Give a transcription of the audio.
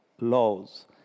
laws